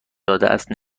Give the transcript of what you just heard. دادهاست